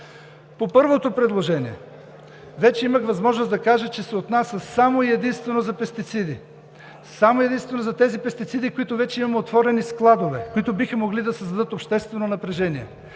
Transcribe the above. По първото предложение вече имах възможност да кажа, че се отнася само и единствено за пестициди – само и единствено за тези пестициди, за които вече имаме отворени складове и които биха могли да създадат обществено напрежение,